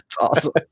awesome